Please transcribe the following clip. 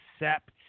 accept